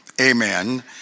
amen